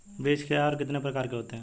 बीज क्या है और कितने प्रकार के होते हैं?